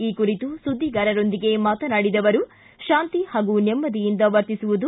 ಈ ಕುರಿತು ಸುಧ್ಗಿಗಾರರೊಂದಿಗೆ ಮಾತನಾಡಿದ ಅವರು ಶಾಂತಿ ಹಾಗೂ ನೆಮ್ನದಿಯಿಂದ ವರ್ತಿಸುವುದು